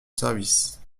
service